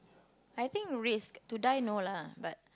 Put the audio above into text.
I think risk to die no lah but